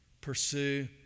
pursue